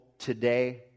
today